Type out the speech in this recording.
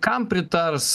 kam pritars